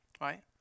right